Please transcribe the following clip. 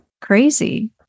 crazy